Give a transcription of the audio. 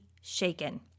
shaken